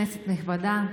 כנסת נכבדה,